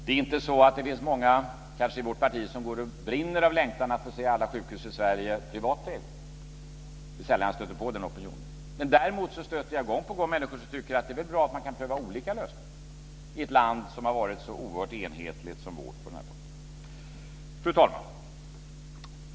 Det är kanske inte så att det finns många i vårt parti som går och brinner av längtan att se alla sjukhus i Sverige i privat ägo. Det är sällan jag stöter på den opinionen. Däremot stöter jag gång på gång på människor som tycker att det väl är bra att man kan pröva olika lösningar i ett land som varit så oerhört enhetligt som vårt på den här punkten. Fru talman!